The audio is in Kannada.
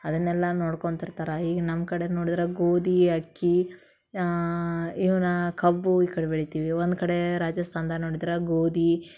ಅದನ್ನೆಲ್ಲ ನೋಡ್ಕೊತಿರ್ತರ ಈಗ ನಮ್ಮ ಕಡೆ ನೋಡಿದ್ರೆ ಗೋಧಿ ಅಕ್ಕಿ ಇವನ್ನ ಕಬ್ಬು ಈ ಕಡೆ ಬೆಳಿತೀವಿ ಒಂದು ಕಡೆ ರಾಜಸ್ಥಾನದಾಗ ನೋಡಿದ್ರೆ ಗೋಧಿ